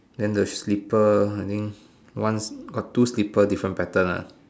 then the slipper I think one got two slipper different pattern ah